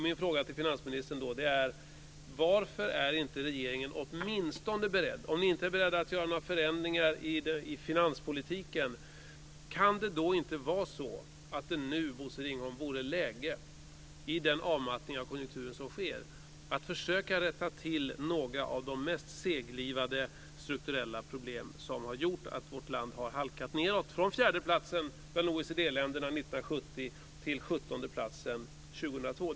Min fråga till finansministern är: Även om ni inte är beredda att göra några förändringar i finanspolitiken, Bosse Ringholm, kan det ändå inte vara läge nu, i den avmattning av konjunkturen som sker, att försöka rätta till några av de mest seglivade strukturella problem som har gjort att vårt land har halkat nedåt från 4:e plats i OECD-ländernas välfärdsliga 1970 till 17:e plats 2002?